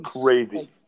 crazy